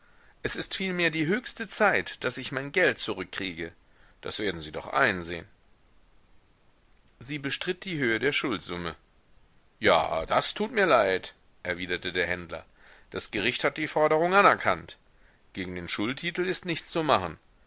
es ist vielmehr die höchste zeit daß ich mein geld zurückkriege das werden sie doch einsehen sie bestritt die höhe der schuldsumme ja das tut mir leid erwiderte der händler das gericht hat die forderung anerkannt gegen den schuldtitel ist nichts zu machen